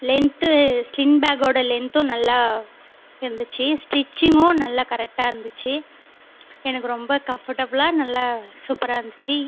length sling பேக்கோடு லென்த்தும் நல்லா இருந்துச்சு ஸ்டிச்சிங்கும் நல்லா கரெக்ட்டாக இருந்துச்சு எனக்கு ரொம்ப கம்ஃபர்ட்டபிளாக நல்லா சூப்பராக இருந்துச்சு